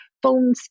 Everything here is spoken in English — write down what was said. phone